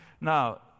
Now